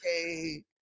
Okay